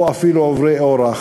או אפילו של עוברי אורח,